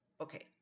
Okay